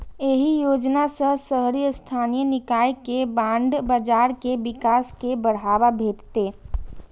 एहि योजना सं शहरी स्थानीय निकाय के बांड बाजार के विकास कें बढ़ावा भेटतै